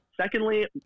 Secondly